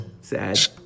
Sad